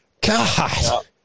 God